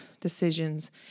decisions